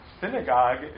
Synagogue